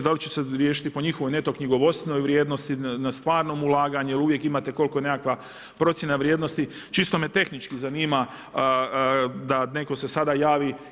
Da li će se riješiti po njihovom neto knjigovodstvenoj vrijednosti, na stvarnom ulaganju jer uvijek imate koliko je nekakva procjena vrijednosti, čisto me tehnički zanima da neko se sada javi.